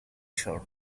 short